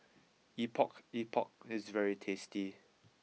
Epok Epok is very tasty